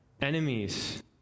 enemies